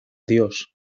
dios